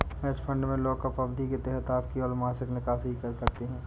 hedge fund में lockup अवधि के तहत आप केवल मासिक निकासी ही कर सकते हैं